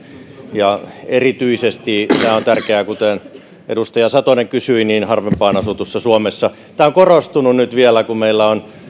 ja erityisesti tämä on tärkeää kuten edustaja satonen kysyi harvempaan asutussa suomessa tämä on korostunut nyt vielä kun meillä on